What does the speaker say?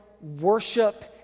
worship